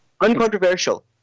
uncontroversial